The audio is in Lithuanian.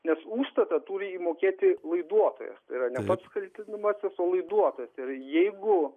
nes užstatą turi įmokėti laiduotojas tai yra ne pats kaltinamasis o laiduotojas tai yra jeigu